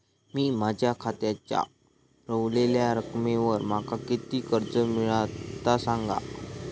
मी माझ्या खात्याच्या ऱ्हवलेल्या रकमेवर माका किती कर्ज मिळात ता सांगा?